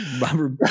Robert